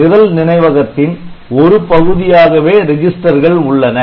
நிரல் நினைவகத்தின் ஒரு பகுதியாகவே ரெஜிஸ்டர்கள் உள்ளன